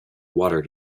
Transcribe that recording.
water